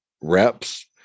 reps